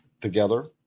together